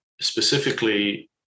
Specifically